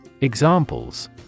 Examples